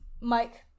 Mike